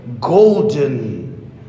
golden